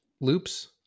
Loops